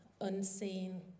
unseen